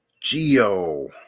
Geo